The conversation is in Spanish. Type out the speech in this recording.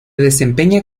desempeña